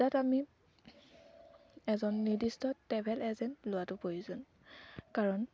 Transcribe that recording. তাত আমি এজন নিৰ্দিষ্ট ট্ৰেভেল এজেণ্ট লোৱাটো প্ৰয়োজন কাৰণ